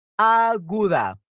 aguda